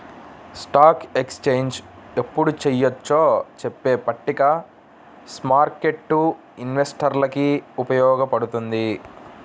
stock exchange ఎప్పుడు చెయ్యొచ్చో చెప్పే పట్టిక స్మార్కెట్టు ఇన్వెస్టర్లకి ఉపయోగపడుతుంది